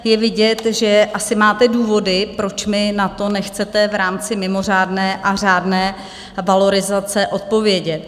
Je vidět, že asi máte důvody, proč mi na to nechcete v rámci mimořádné a řádné valorizace odpovědět.